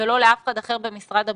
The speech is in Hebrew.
ולא לאף אחד אחר במשרד הבריאות,